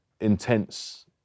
intense